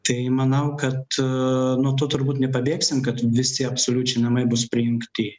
tai manau kad nuo to turbūt nepabėgsim kad visi absoliučiai namai bus prijungti